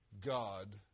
God